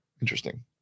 Interesting